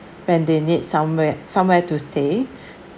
when they need somewhere somewhere to stay